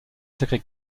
sacré